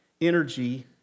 energy